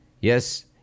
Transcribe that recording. Yes